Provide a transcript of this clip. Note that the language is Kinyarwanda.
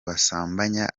basambanya